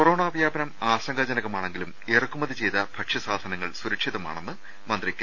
corona വ്യാപനം ആശങ്കാജനകമാണെങ്കിലും ഇറക്കുമതി ചെയ്ത ഭക്ഷ്യവസ്തുക്കൾ സുരക്ഷിതമാണെന്ന് മന്ത്രി കെ